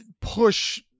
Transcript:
push